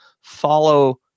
follow